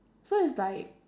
so it's like